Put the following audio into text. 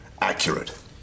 accurate